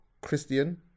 Christian